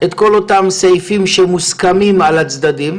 את כל אותם סעיפים שמוסכמים על הצדדים